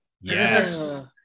Yes